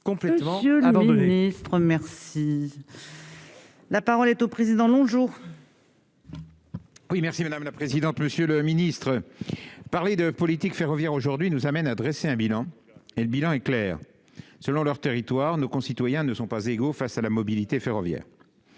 ministre-maire. Si. La parole est au président nos jours. Oui merci madame la présidente, monsieur le ministre, parler de politique ferroviaire aujourd'hui nous amène à dresser un bilan et le bilan est clair, selon leur territoire, nos concitoyens ne sont pas égaux face à la mobilité ferroviaire,